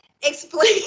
explain